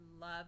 love